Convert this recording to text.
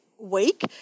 week